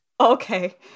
Okay